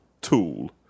tool